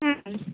ಹ್ಞೂ